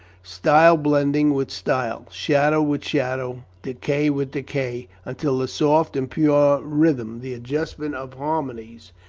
style blending with style, shadow with shadow, decay with decay, until the soft and pure rhythm, the adjustment of harmonies,